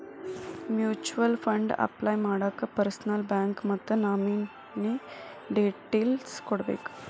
mutual fund apply ಮಾಡಾಕ ಪರ್ಸನಲ್ಲೂ bank ಮತ್ತ ನಾಮಿನೇ ಡೇಟೇಲ್ಸ್ ಕೋಡ್ಬೇಕ್